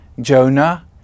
Jonah